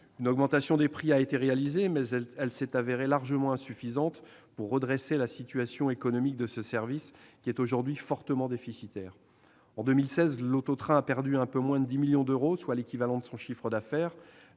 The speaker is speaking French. Une augmentation des prix a été effectuée, mais elle s'est révélée largement insuffisante pour redresser la situation économique de ce service, qui est aujourd'hui fortement déficitaire. En 2016, l'auto-train a perdu un peu moins de 10 millions d'euros, soit l'équivalent de son chiffre d'affaires.